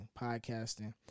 podcasting